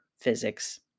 physics